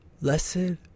lesson